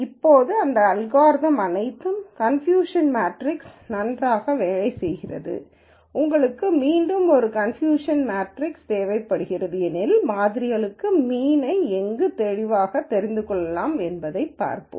இப்போது இந்த அல்காரிதம் அனைத்து கன்பூஷன் மேட்ரிக்ஸிற்கும் நன்றாக வேலை செய்கிறது உங்களுக்கு மீண்டும் ஒரு கன்பூஷன் மெட்ரிக் தேவைப்படுகிறது ஏனெனில் மாதிரிகளுக்கான மீன்யை எங்கு தெளிவாகத் தெரிந்து கொள்ளலாம் என்பதைப் பார்ப்போம்